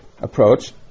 approach